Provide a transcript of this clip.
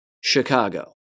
Chicago